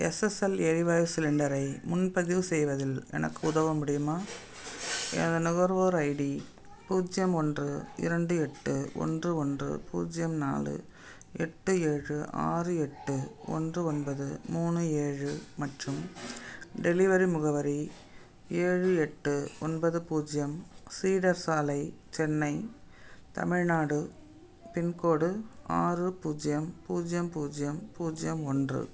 SSL எரிவாயு சிலிண்டரை முன்பதிவு செய்வதில் எனக்கு உதவ முடியுமா எனது நுகர்வோர் ஐடி பூஜ்ஜியம் ஒன்று இரண்டு எட்டு ஒன்று ஒன்று பூஜ்ஜியம் நாலு எட்டு ஏழு ஆறு எட்டு ஒன்று ஒன்பது மூணு ஏழு மற்றும் டெலிவரி முகவரி ஏழு எட்டு ஒன்பது பூஜ்ஜியம் சீடர் சாலை சென்னை தமிழ்நாடு பின்கோடு ஆறு பூஜ்ஜியம் பூஜ்ஜியம் பூஜ்ஜியம் பூஜ்ஜியம் ஒன்று